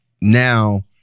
now